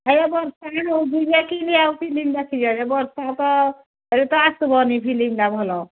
ହଇ ବର୍ଷା ଆଉ କିନ୍ତି ଆଉ ଫିଲ୍ମ ଦେଖି ଯେ ବର୍ଷା ତ ହେଉଛେ ଆସିବନି ଫିଲ୍ମଟା ଭଲ